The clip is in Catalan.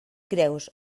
greus